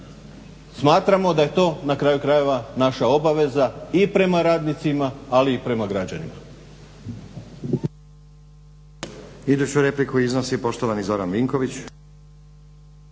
smatramo da je to na kraju krajeva i naša obaveza i prema radnicima ali i prema građanima.